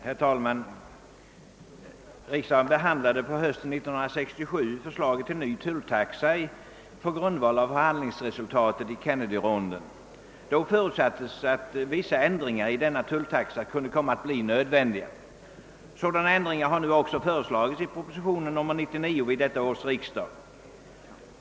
Herr talman! Riksdagen behandlade på hösten 1967 förslaget till ny tulltaxa på grundval av förhandlingsresultat i Kennedyronden. Därvid förutsattes att vissa ändringar i denna tulltaxa kunde bli nödvändiga. Sådana har nu föreslagits i propositionen 99 till detta års riksdag.